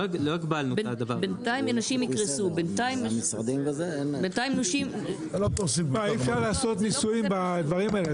לא הגבלנו את הדבר הזה אי אפשר לעשות ניסויים בדברים האלה,